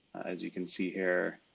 as you can see here,